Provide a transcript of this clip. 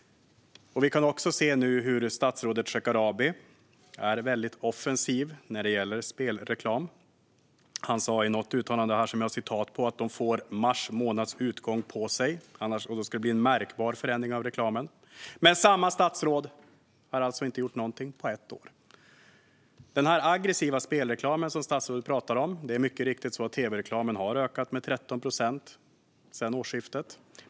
Vi kan nu se att statsrådet Shekarabi är mycket offensiv när det gäller spelreklam. Han sa i något uttalande att aktörerna får fram till mars månads utgång på sig, och då ska det bli en märkbar förändring av reklamen. Men samma statsråd har alltså inte gjort någonting på ett år. Statsrådet pratar om den aggressiva spelreklamen. Mycket riktigt har tv-reklamen ökat med 13 procent sedan årsskiftet.